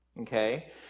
okay